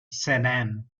sedan